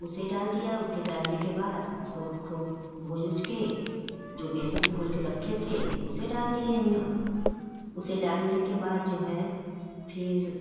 उसे डाल दिया उसके डालने के बाद उसको खूब भूज ऊज के जो बेसन घुल कर रखते थे उसे डाल दिए हमने उसे डालने के बाद जो है फिर